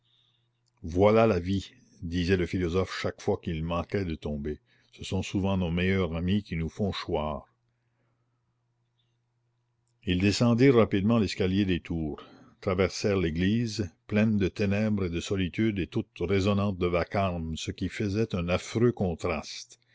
voilà la vie disait le philosophe chaque fois qu'il manquait de tomber ce sont souvent nos meilleurs amis qui nous font choir ils descendirent rapidement l'escalier des tours traversèrent l'église pleine de ténèbres et de solitude et toute résonnante de vacarme ce qui faisait un affreux contraste